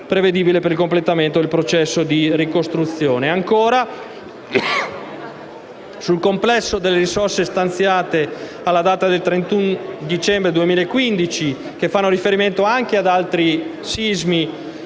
prevedibile per il completamento del processo di ricostruzione, sul complesso delle risorse stanziate, alla data del 31 dicembre 2015, che fanno riferimento ad altri sismi